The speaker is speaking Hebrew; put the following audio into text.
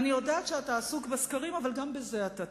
אני יודעת שאתה עסוק בסקרים, אבל גם בזה אתה טועה.